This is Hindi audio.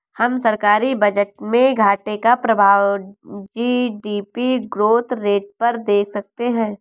हम सरकारी बजट में घाटे का प्रभाव जी.डी.पी ग्रोथ रेट पर देख सकते हैं